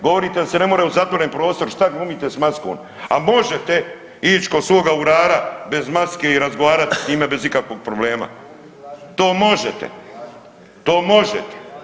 Govorite da se ne more u zatvoren prostor, šta glumite s maskom, a možete ići kod svoga urara bez maske i razgovarati s njime bez ikakvog problema, to možete, to možete.